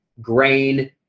grain